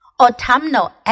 autumnal